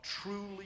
truly